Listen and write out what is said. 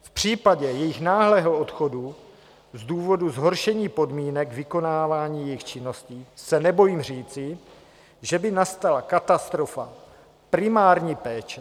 V případě jejich náhlého odchodu z důvodu zhoršení podmínek k vykonávání jejich činností se nebojím říci, že by nastala katastrofa primární péče.